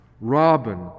Robin